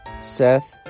Seth